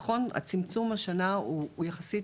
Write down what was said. נכון, הצמצום השנה הוא יחסית,